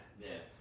Yes